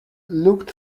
looked